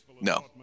No